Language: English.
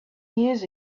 years